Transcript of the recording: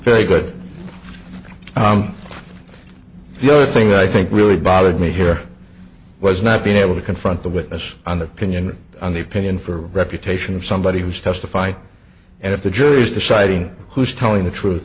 very good i'm the only thing i think really bothered me here was not being able to confront the witness on the opinion or on the opinion for reputation of somebody who's testifying and if the jury is deciding who's telling the truth